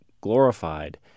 glorified